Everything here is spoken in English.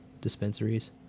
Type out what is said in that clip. dispensaries